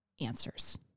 answers